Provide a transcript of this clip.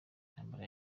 intambara